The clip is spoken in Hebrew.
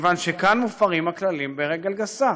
כיוון שכאן מופרים הכללים ברגל גסה.